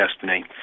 destiny